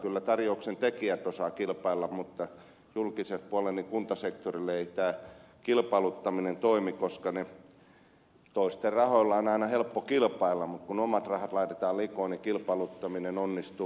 kyllä tarjouksen tekijät osaavat kilpailla mutta julkisella puolella kuntasektorilla ei tämä kilpailuttaminen toimi koska toisten rahoilla on aina helppo kilpailla mutta kun omat rahat laitetaan likoon niin kilpailuttaminen onnistuu välittömästi